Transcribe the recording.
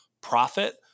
profit